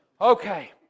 Okay